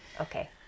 Okay